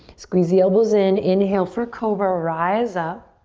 squeeze the elbows in. inhale for cobra, rise up.